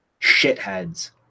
shitheads